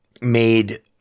made